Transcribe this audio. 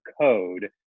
code